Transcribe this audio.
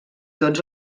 tots